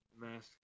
Mask